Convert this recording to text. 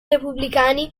repubblicani